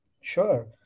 Sure